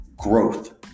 growth